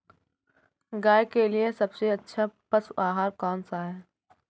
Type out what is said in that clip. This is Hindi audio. गाय के लिए सबसे अच्छा पशु आहार कौन सा है?